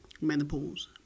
menopause